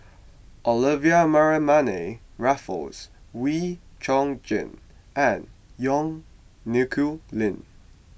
Olivia Mariamne Raffles Wee Chong Jin and Yong Nyuk Lin